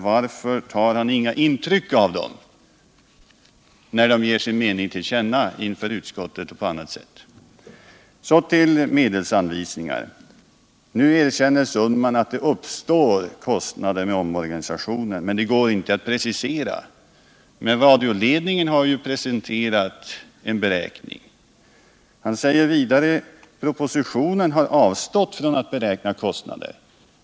Varför tar han inga intryck av dem, när de ger sin mening till känna inför utskottet och på annat sätt? Så var det frågan om medelsanvisningar. Nu erkänner Per Olof Sundman att det uppstår kostnader med omorganisationen, men han säger att dessa går inte att precisera. Men radioledningen har ju presenterat en beräkning. Per Olof Sundman säger vidare att propositionen har avstått från att beräkna kostnader.